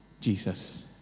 Jesus